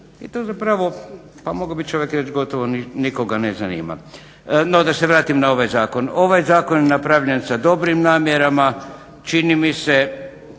i to zapravo pa mogao bi čovjek reći gotovo nikoga ne zanima. No, da se vratim na ovaj Zakon. Ovaj Zakon je napravljen sa dobrim namjerama. Čini mi se